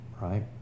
right